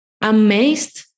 amazed